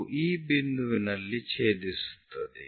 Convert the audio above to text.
ಅದು ಈ ಬಿಂದುವಿನಲ್ಲಿ ಛೇದಿಸುತ್ತದೆ